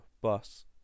bus